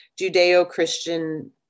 Judeo-Christian